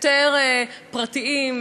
היותר פרטיים,